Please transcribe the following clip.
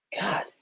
God